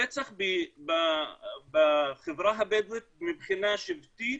הרצח בחברה הבדואית מבחינה שבטית